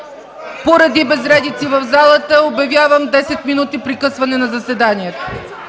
Поради безредици в залата обявявам 10 минути прекъсване на заседанието.